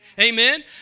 Amen